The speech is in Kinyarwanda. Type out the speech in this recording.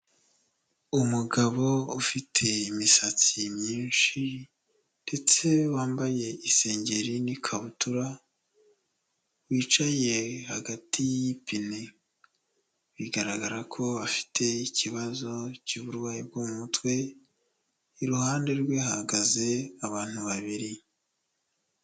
Umugabo ufite imisatsi myinshi ndetse wambaye isengeri n'ikabutura, wicaye hagati y'ipine, bigaragara ko bafite ikibazo cy'uburwayi bwo mu mutwe, iruhande rwe hahagaze abantu babiri.